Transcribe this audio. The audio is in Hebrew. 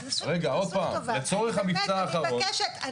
עשו לי טובה, באמת, אני מבקשת.